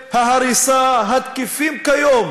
צווי ההריסה התקפים כיום,